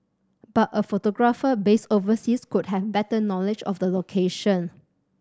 but a photographer based overseas could have better knowledge of the location